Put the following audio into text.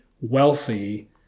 Wealthy